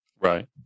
Right